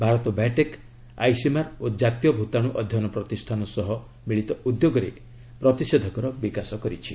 Bharat Biotech ICMR ଓ ଜାତୀୟ ଭୂତାଣୁ ଅଧ୍ୟୟନ ପ୍ରତିଷ୍ଠାନ ସହ ମିଳିତ ଉଦ୍ୟୋଗରେ ପ୍ରତିଷେଧକର ବିକାଶ କରିଛି